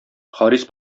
харис